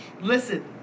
listen